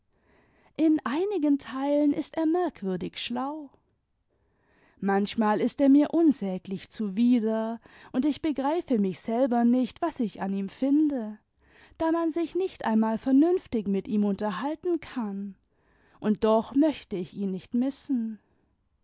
in einigen teilen ist er merkwürdig schlau manchmal ist er mir unsäglich zuwider und ich begreife mich selber nicht was ich an ihm finde da man sich nicht einmal vernünftig mit ihm unterhalten kann und doch möchte ich ihn nicht missen